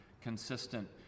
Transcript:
consistent